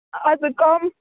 اَدٕ کَم